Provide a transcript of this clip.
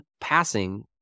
passing